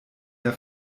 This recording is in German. der